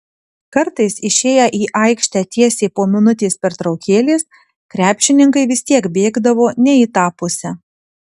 kartais išėję į aikštę tiesiai po minutės pertraukėlės krepšininkai vis tiek bėgdavo ne į tą pusę